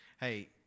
Hey